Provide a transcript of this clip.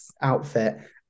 outfit